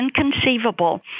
inconceivable